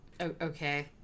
Okay